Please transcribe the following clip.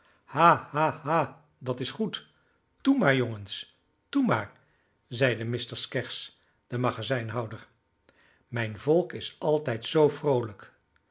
ha dat is goed toe maar jongens toe maar zeide mr skeggs de magazijnhouder mijn volk is altijd zoo vroolijk